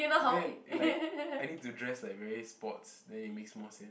then like I need to dress like very sports then it makes more sense